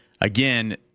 again